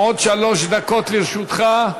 עוד שלוש דקות לרשותך.